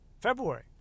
february